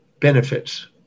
benefits